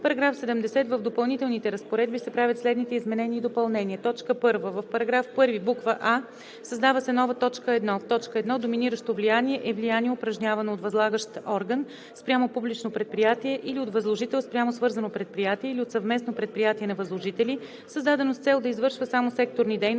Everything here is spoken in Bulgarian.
§ 70: „§ 70. В допълнителните разпоредби се правят следните изменения и допълнения: 1. В § 1: а) създава се нова т. 1: „1. „Доминиращо влияние“ е влияние, упражнявано от възлагащ орган спрямо публично предприятие или от възложител спрямо свързано предприятие, или от съвместно предприятие на възложители, създадено с цел да извършва само секторни дейности,